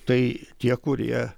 tai tie kurie